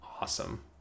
awesome